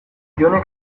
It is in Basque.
jonek